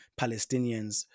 Palestinians